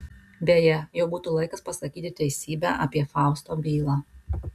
beje jau būtų laikas pasakyti teisybę apie fausto bylą